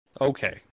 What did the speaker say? Okay